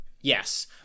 Yes